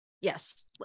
Yes